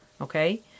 Okay